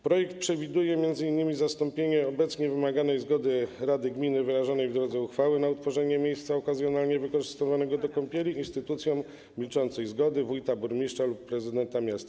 Projekt przewiduje m.in. zastąpienie obecnie wymaganej zgody rady gminy, wyrażanej w drodze uchwały, na utworzenie miejsca okazjonalnie wykorzystywanego do kąpieli instytucją milczącej zgody wójta, burmistrza lub prezydenta miasta.